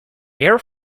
air